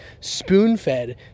spoon-fed